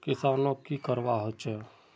किसानोक की करवा होचे?